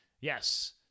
Yes